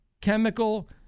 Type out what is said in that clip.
chemical